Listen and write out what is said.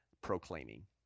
proclaiming